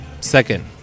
second